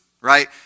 right